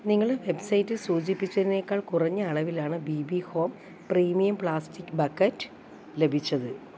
നിങ്ങളെ വെബ്സൈറ്റിൽ സൂചിപ്പിച്ചതിനേക്കാൾ കുറഞ്ഞ അളവിലാണ് B B home premium plastic bucket ലഭിച്ചത്